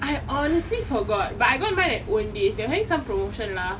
I honestly forgot but I go and buy at Owndays they having some promotion lah